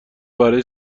برای